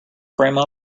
frame